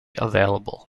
available